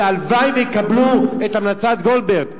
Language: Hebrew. והלוואי שיקבלו את המלצת גולדברג,